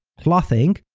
clothing,